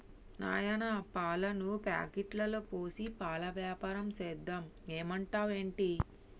నాయనా పాలను ప్యాకెట్లలో పోసి పాల వ్యాపారం సేద్దాం ఏమంటావ్ ఏంటి